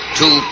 two